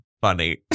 funny